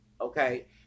okay